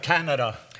Canada